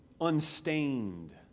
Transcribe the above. unstained